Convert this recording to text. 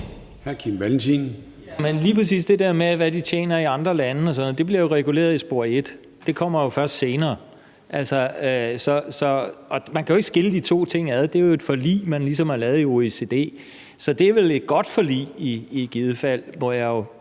14:04 Kim Valentin (V): Men lige præcis det der med, hvad de tjener i andre lande og sådan noget, bliver reguleret i spor et, og det kommer først senere. Og man kan jo ikke skille de to ting ad. Det er jo et forlig, man ligesom har lavet i OECD, og det er vel et godt forlig i givet fald, må jeg tro